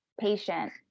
patient